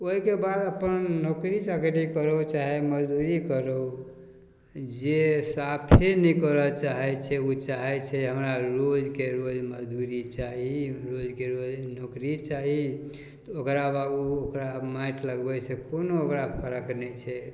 ओहिके बाद अपन नौकरी चाकरी करौ चाहे मजदूरी करौ जे साफे नहि करऽ चाहै छै ओ चाहै छै हमरा रोजके रोज मजदूरी चाही रोजके रोज नौकरी चाही तऽ ओकरा बाबू ओकरा माटि लगबै से कोनो ओकरा फरक नहि छै